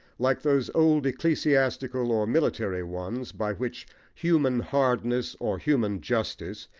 like those old ecclesiastical or military ones, by which human hardness, or human justice,